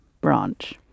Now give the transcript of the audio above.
branch